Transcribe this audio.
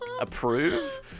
approve